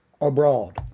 abroad